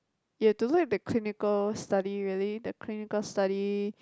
you have to look at the clinical study really the clinical study